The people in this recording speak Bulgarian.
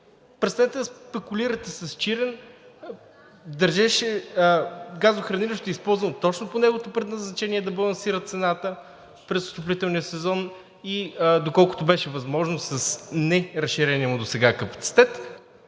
престанете да спекулирате с Чирен. Газохранилището е използвано точно по неговото предназначение – да балансира цената през отоплителния сезон и доколкото беше възможно с неразширения му досега капацитет,